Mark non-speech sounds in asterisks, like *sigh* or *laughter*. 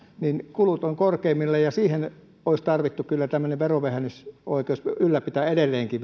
niin että kulut ovat korkeimmillaan ja siihen olisi kyllä tarvittu tämmöisen verovähennysoikeuden ylläpitäminen edelleenkin *unintelligible*